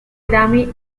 grammy